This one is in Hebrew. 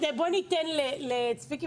בוא ניתן לצביקי,